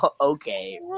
okay